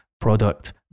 product